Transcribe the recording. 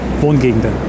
Wohngegenden